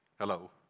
hello